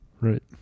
Right